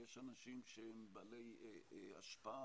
יש אנשים שהם בעלי השפעה,